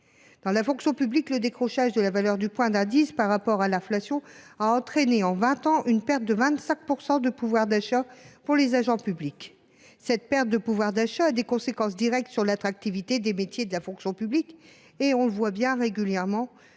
Dans la fonction publique, le décrochage de la valeur du point d’indice par rapport à l’inflation a entraîné en vingt ans une perte de 25 % de pouvoir d’achat pour les agents. Cette perte a des conséquences directes sur l’attractivité des métiers de la fonction publique. Nous le voyons régulièrement